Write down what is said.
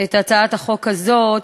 את הצעת החוק הזאת